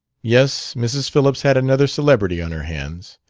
yes, mrs. phillips had another celebrity on her hands.